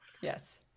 yes